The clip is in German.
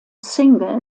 single